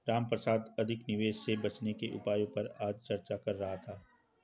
रामप्रसाद अधिक निवेश से बचने के उपायों पर आज चर्चा कर रहा था